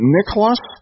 Nicholas